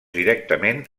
directament